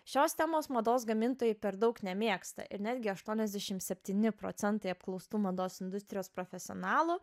šios temos mados gamintojai per daug nemėgsta ir netgi aštuoniasdešim septyni procentai apklaustų mados industrijos profesionalų